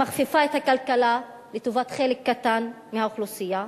היא מכפיפה את הכלכלה לטובת חלק קטן מהאוכלוסייה,